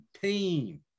team